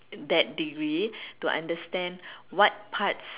that degree to understand what parts